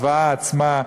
הזוועה עצמה,